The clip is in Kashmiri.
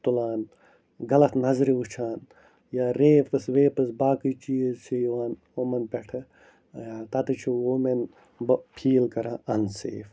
اَتھٕ تُلان غلط نظرِ وٕچھان یا ریپٕس ویپٕس باقٕے چیٖز چھِ یِوان یِمن پٮ۪ٹھہٕ یا تتھ چھِ وومین فیل کَران اَنسیف